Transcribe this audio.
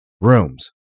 rooms